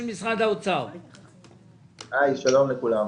שלום לכולם.